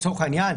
לצורך העניין,